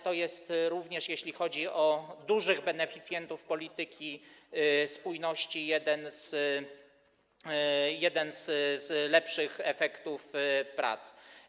To jest również, jeśli chodzi o dużych beneficjentów polityki spójności, jeden z lepszych efektów prac.